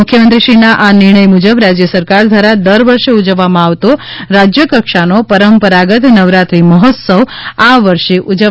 મુખ્યમંત્રીશ્રીના આ નિર્ણય મુજબ રાજ્ય સરકાર દ્વારા દર વર્ષે ઉજવવામાં આવતો રાજ્ય કક્ષાનો પરંપરાગત નવરાત્રી મહોત્સવ આ વર્ષે ઉજવવામાં આવશે નહિ